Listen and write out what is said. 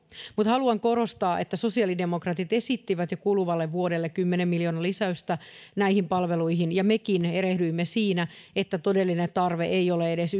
mutta haluan korostaa että sosiaalidemokraatit esittivät jo kuluvalle vuodelle kymmenen miljoonan lisäystä näihin palveluihin ja mekin erehdyimme siinä että todellinen tarve ei ole edes